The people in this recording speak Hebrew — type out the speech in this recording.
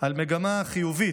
על מגמה חיובית,